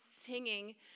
singing